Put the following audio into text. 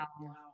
Wow